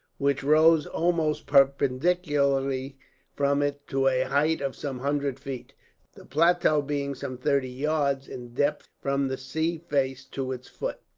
which rose almost perpendicularly from it to a height of some hundred feet the plateau being some thirty yards, in depth, from the sea face to its foot.